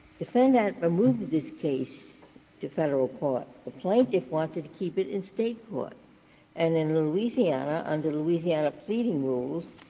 defendant removed this case to federal court the plaintiff wanted to keep it in state court and in louisiana, under the louisiana pleading rules,